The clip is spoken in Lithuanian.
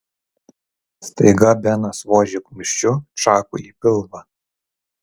staiga benas vožė kumščiu čakui į pilvą